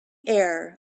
air